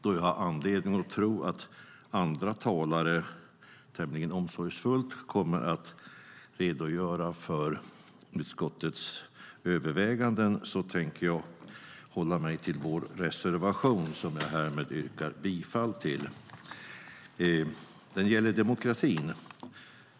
Då jag har andledning att tro att andra talare tämligen omsorgsfullt kommer att redogöra för utskottets överväganden kommer jag att hålla mig till vår reservation, som jag härmed yrkar bifall till. Den gäller demokratin.